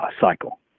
cycle